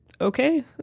okay